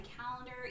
calendar